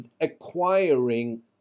Acquiring